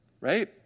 right